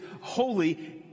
holy